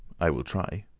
i will try.